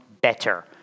better